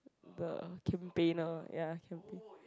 the campaigner ya campaign